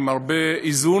עם הרבה איזון,